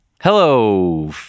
Hello